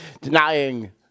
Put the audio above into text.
denying